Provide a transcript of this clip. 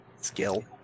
skill